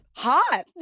hot